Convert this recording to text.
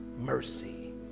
mercy